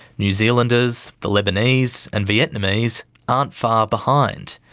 new zealanders, the lebanese, and vietnamese aren't far behind.